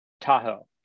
Tahoe